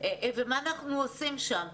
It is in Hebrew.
וצריך לראות מה אנחנו עושים שם.